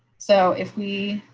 so if we